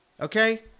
Okay